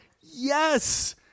yes